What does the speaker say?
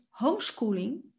homeschooling